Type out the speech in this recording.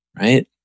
Right